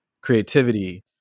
creativity